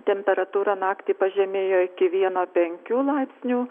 temperatūra naktį pažemėjo iki vieno penkių laipsnių